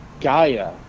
Gaia